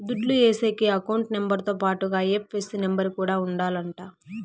దుడ్లు ఏసేకి account number తో పాటుగా ఐ.ఎఫ్.ఎస్.సి నెంబర్ కూడా ఉండాలంట